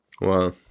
wow